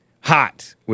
Hot